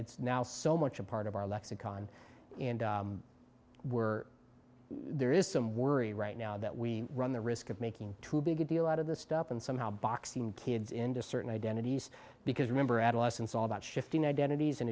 it's now so much a part of our lexicon and we're there is some worry right now that we run the risk of making too big a deal out of this stuff and somehow box kids into certain identities because remember adolescence all about shifting identities and